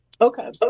Okay